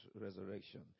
resurrection